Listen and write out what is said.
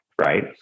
right